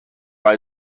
war